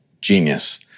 genius